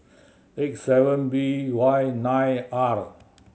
eight seven B Y nine R